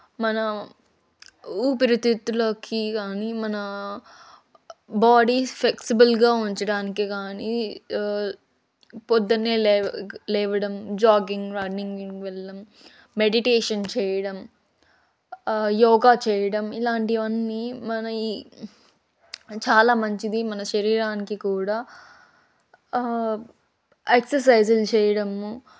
మన ఊపిరితిత్తులకి కానీ మన బాడీ ఫ్లెక్సిబుల్గా ఉంచడానికి కానీ పొద్దున్న లేవడం జాగింగ్ రన్నింగ్ వెళ్ళడం మెడిటేషన్ చేయడం యోగా చేయడం ఇలాంటివి అన్నీ మన ఈ చాలా మంచిది మన శరీరానికి కూడా ఎక్సర్సైజ్లు చేయడము